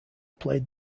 played